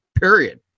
Period